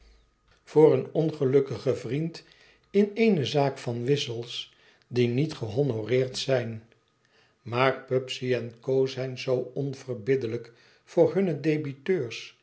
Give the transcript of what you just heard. voor een ongelukkigen vriend in eene zaak van wissels die niet gehonoreerd zijn maar pubsey en co zijn zoo onverbiddelijk voor hunne debiteurs